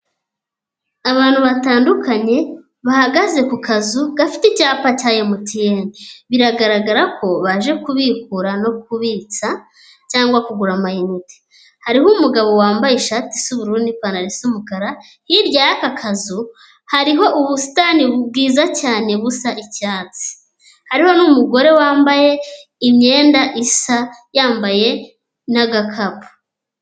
Abantu batandukanye bahagaze ku kazu gafite icyapa cya mtn biragaragara ko baje kubikura no kubitsa cyangwa kugura amayinite hariho umugabo wambaye ishati isa n'ubururu n'ipantaro y'umukara hirya y'akazu hariho ubusitani bwiza cyane busa icyatsi hariho n'umugore wambaye imyenda isa yambaye n'agakapu.